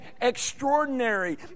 extraordinary